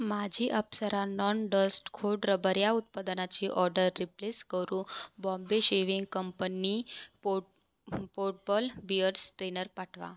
माझी Apsara non dust खोडरबर या उत्पादनाची ऑर्डर रिप्लेस करु बॉम्बे शेव्हिंग कंपनी पो पोरपाल बिअर्ड स्टेनर पाठवा